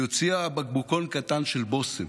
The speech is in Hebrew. והיא הוציאה בקבוקון קטן של בושם,